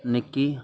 Nikki